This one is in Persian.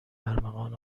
ارمغان